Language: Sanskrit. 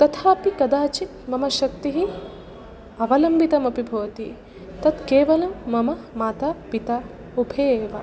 तथापि कदाचित् मम शक्तिः अवलम्बितमपि भवति तत् केवलं मम माता पिता उभे एव